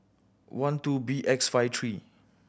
one two B X five three